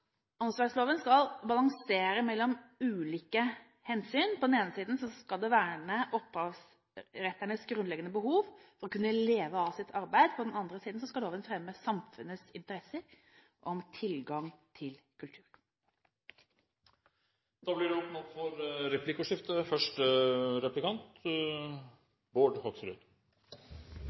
skal balansere mellom ulike hensyn. På den ene siden skal den verne opphavsrettshavernes grunnleggende behov for å kunne leve av sitt arbeid. På den andre siden skal loven fremme samfunnets interesser når det gjelder tilgang til kultur. Det blir